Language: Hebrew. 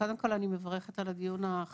קודם כל אני מברכת על הדיון החשוב,